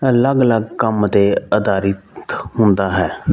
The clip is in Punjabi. ਅਲੱਗ ਅਲੱਗ ਕੰਮ 'ਤੇ ਅਧਾਰਿਤ ਹੁੰਦਾ ਹੈ